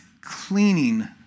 cleaning